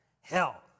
Hell